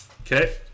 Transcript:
Okay